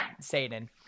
Satan